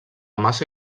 massa